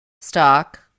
stock